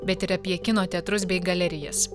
bet ir apie kino teatrus bei galerijas